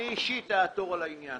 אני אישית אעתור על העניין הזה.